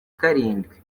karindwi